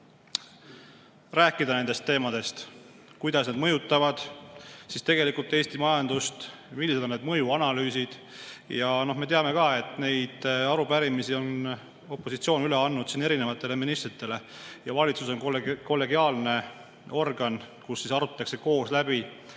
rääkida nendest teemadest, kuidas need tegelikult Eesti majandust mõjutavad, millised on need mõjuanalüüsid. Me teame ka, et neid arupärimisi on opositsioon üle andnud erinevatele ministritele ja valitsus on kollegiaalne organ, kus arutatakse koos läbi